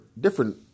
different